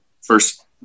first